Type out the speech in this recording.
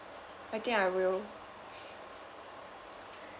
I think I will